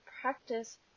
practice